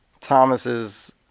Thomas's